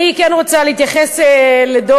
אני כן רוצה להתייחס לדוח